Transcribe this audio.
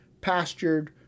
pastured